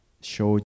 Show